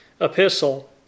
epistle